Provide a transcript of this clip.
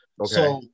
Okay